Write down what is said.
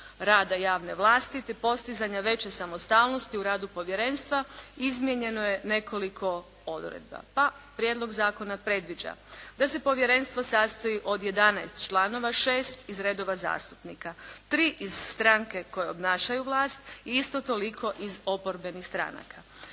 rada javne vlasti, te postizanja veće samostalnosti u radu povjerenstva izmijenjeno je nekoliko odredba. Pa, prijedlog zakona predviđa da se povjerenstvo sastoji od 11 članova, 6 iz redova zastupnika, 3 iz stranke koje obnašaju vlasti i isto toliko iz oporbenih stranaka,